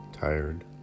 tired